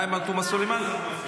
תומא סלימאן,